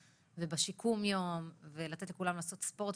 ובשיקום היום ולתת לכולם לעשות ספורט.